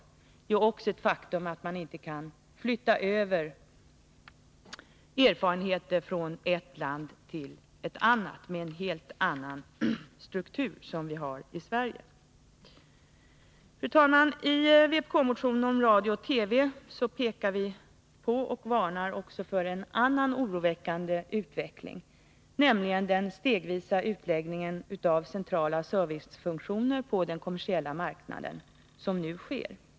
Det är också ett faktum att man inte kan flytta över erfarenheter från ett land till ett annat med en helt annan struktur, vilket vi har i Sverige. Fru talman! I vpk-motionen om radio och TV pekar vi på och varnar för en annan oroväckande utveckling, nämligen den stegvisa utläggning av centrala servicefunktioner på den kommersiella marknaden som nu sker.